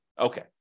Okay